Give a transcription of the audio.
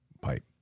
pipe